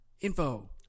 info